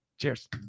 Cheers